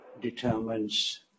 determines